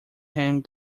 hand